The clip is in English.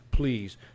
please